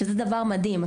שזה דבר מדהים.